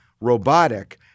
robotic